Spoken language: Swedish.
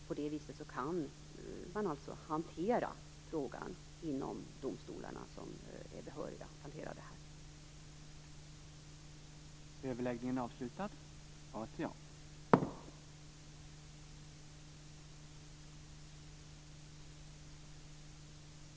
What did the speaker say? På det viset kan man hantera frågan inom de domstolar som är behöriga att hantera det här.